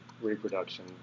reproduction